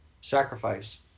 sacrifice